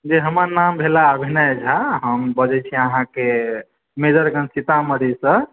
जी हमर नाम भेल अभिनय झा हम बजैछी अहाँके मेजरगंज सीतामढ़ी से